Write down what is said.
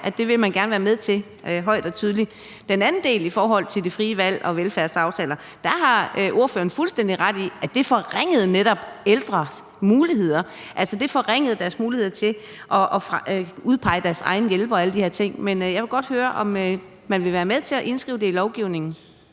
at det vil man gerne være med til. I forhold til den anden del om det frie valg og velfærdsaftaler har ordføreren fuldstændig ret i, at det netop forringede de ældres muligheder; altså det forringede de ældres muligheder for at udpege deres egne hjælpere og alle de her ting. Men jeg vil godt høre, om man vil være med til at indskrive det i lovgivningen.